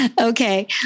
Okay